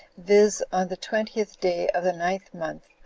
viz. on the twentieth day of the ninth month,